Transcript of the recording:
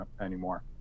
anymore